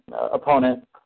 opponent